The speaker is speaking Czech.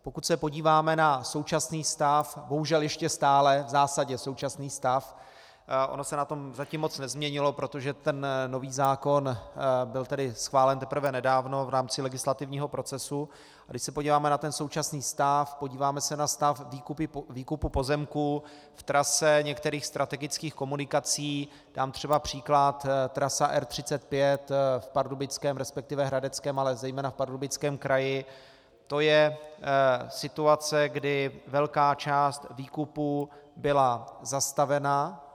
Pokud se podíváme na současný stav, bohužel ještě stále v zásadě současný stav, ono se na tom zatím moc nezměnilo, protože ten nový zákon byl schválen teprve nedávno v rámci legislativního procesu, a když se podíváme na ten současný stav, podíváme se na stav výkupu pozemků v trase některých strategických komunikací, dám třeba příklad trasa R35 v Pardubickém, resp. Hradeckém, ale zejména v Pardubickém kraji, to je situace, kdy velká část výkupů byla zastavena.